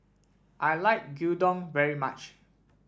I like Gyudon very much